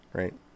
right